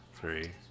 three